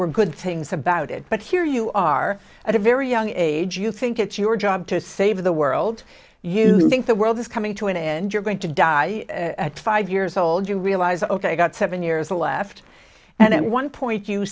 were good things about it but here you are at a very young age you think it's your job to save the world you think the world is coming to an end you're going to die at five years old you realize ok i got seven years the left and at one point you